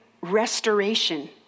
restoration